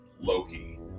Loki